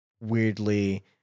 weirdly